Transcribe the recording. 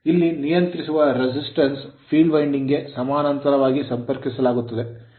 ಇಲ್ಲಿ ನಿಯಂತ್ರಿಸುವ resistance ಪ್ರತಿರೋಧವನ್ನು field winding ಫೀಲ್ಡ್ ವೈಂಡಿಂಗ್ ಗೆ ಸಮಾನಾಂತರವಾಗಿ ಸಂಪರ್ಕಿಸಲಾಗಿದೆ